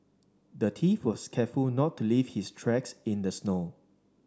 the thief was careful not to leave his tracks in the snow